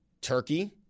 Turkey